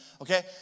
okay